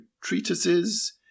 treatises